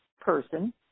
person